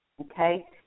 okay